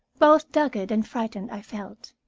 both dogged and frightened, i felt.